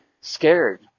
scared